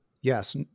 Yes